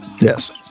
Yes